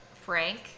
Frank